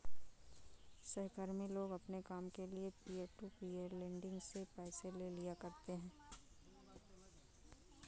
सहकर्मी लोग अपने काम के लिये पीयर टू पीयर लेंडिंग से पैसे ले लिया करते है